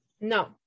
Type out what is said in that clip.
no